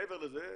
מעבר לזה,